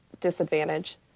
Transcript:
disadvantage